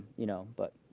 you know, but.